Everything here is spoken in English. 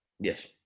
Yes